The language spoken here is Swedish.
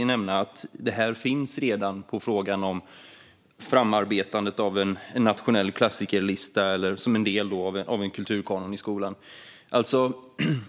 När det gäller frågan om framarbetandet av en nationell klassikerlista som en del av en kulturkanon i skolan hör jag Vasiliki Tsouplaki nämna att detta redan finns.